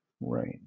Right